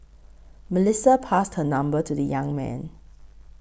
Melissa passed her number to the young man